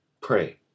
pray